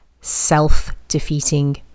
self-defeating